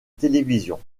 télévision